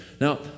Now